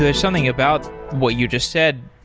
ah something about what you just said,